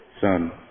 Son